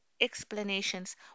explanations